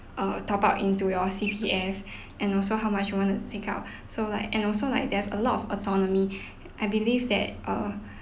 err top up into your C_P_F and also how much you want to take out so like and also like there's a lot of autonomy I believe that err